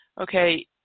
okay